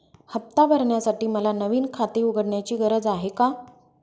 हफ्ता भरण्यासाठी मला नवीन खाते उघडण्याची गरज आहे का?